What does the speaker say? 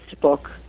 book